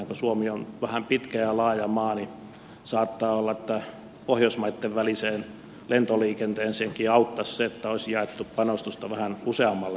kun suomi on vähän pitkä ja laaja maa niin saattaa olla että pohjoismaitten väliseen lentoliikenteeseenkin auttaisi se että olisi jaettu panostusta vähän useammalle lentokentälle